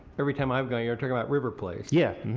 every time i have gone you're talking about river place. yes.